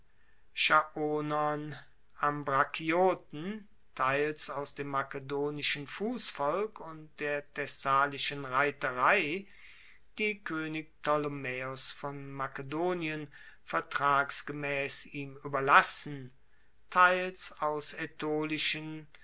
teils aus dem makedonischen fussvolk und der thessalischen reiterei die koenig ptolemaeos von makedonien vertragsmaessig ihm ueberlassen teils aus